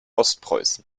ostpreußen